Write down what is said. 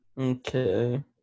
Okay